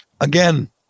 again